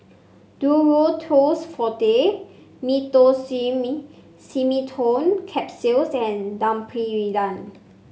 Duro Tuss Forte Meteospasmyl Simeticone Capsules and Domperidone